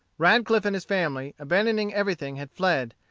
radcliff and his family, abandoning everything, had fled,